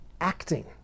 acting